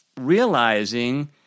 realizing